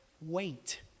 Wait